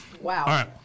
wow